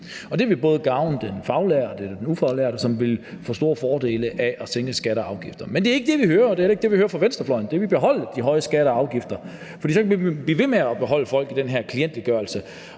Det ville både gavne den faglærte og den ufaglærte, som ville få store fordele af, at vi sænker skatter og afgifter. Men det er ikke det, vi hører, og det er heller ikke det, vi hører fra venstrefløjen: De vil beholde de høje skatter og afgifter, for så kan vi blive ved med at beholde folk i den her klientliggørelse,